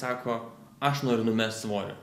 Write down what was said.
sako aš noriu numest svorį